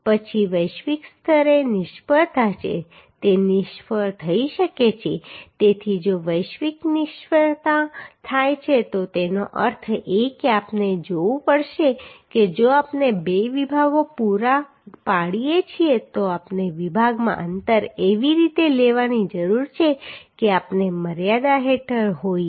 પછી વૈશ્વિક સ્તરે નિષ્ફળતા છે તે નિષ્ફળ થઈ શકે છે તેથી જો વૈશ્વિક નિષ્ફળતા થાય છે તો તેનો અર્થ એ કે આપણે જોવું પડશે કે જો આપણે બે વિભાગો પૂરા પાડીએ છીએ તો આપણે વિભાગમાં અંતર એવી રીતે લેવાની જરૂર છે કે આપણે મર્યાદા હેઠળ હોઈએ